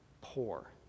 poor